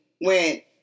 went